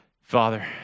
Father